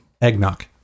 Eggnog